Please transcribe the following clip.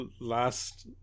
last